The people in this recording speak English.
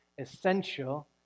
essential